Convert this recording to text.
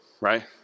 right